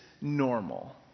normal